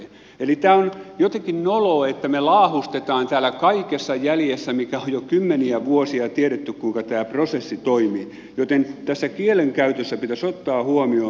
eli tämä on jotenkin noloa että me laahustamme täällä jäljessä kaikessa mikä on jo kymmeniä vuosia tiedetty kuinka tämä prosessi toimii joten tässä kielenkäytössä pitäisi ottaa tämä huomioon